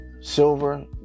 silver